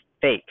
fake